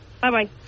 bye-bye